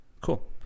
Cool